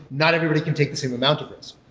not everybody can take the same amount of risk.